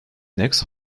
next